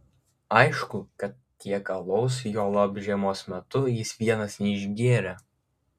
aišku kad tiek alaus juolab žiemos metu jis vienas neišgėrė